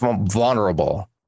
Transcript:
vulnerable